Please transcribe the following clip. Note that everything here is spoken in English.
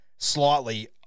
Slightly